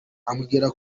ambwira